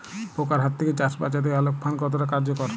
পোকার হাত থেকে চাষ বাচাতে আলোক ফাঁদ কতটা কার্যকর?